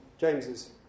James's